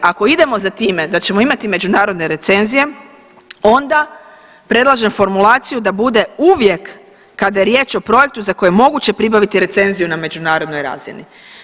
Ako idemo za time da ćemo imati međunarodne recenzije, onda predlažem formulaciju da bude uvijek kada je riječ o projektu za koji je moguće pribaviti recenziju na međunarodnoj razini.